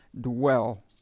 dwell